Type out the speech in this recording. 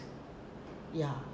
ya